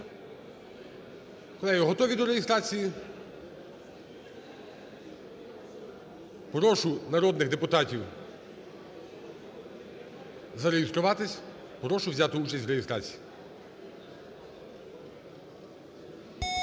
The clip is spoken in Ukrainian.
готові до реєстрації? Прошу народних депутатів зареєструватись. Прошу взяти участь в реєстрації.